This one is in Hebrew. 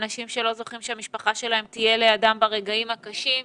אנשים שלא זוכים שהמשפחה שלהם תהיה לידם ברגעים הקשים.